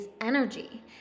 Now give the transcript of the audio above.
energy